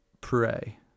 pray